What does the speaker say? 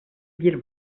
bir